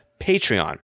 Patreon